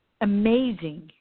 amazing